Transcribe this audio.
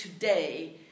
today